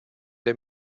der